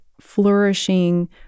flourishing